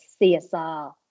CSR